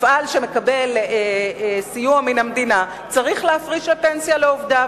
מפעל שמקבל סיוע מן המדינה צריך להפריש פנסיה לעובדיו,